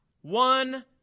one